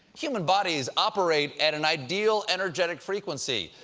human bodies operate at an ideal energetic frequency.